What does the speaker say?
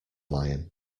lion